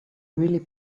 really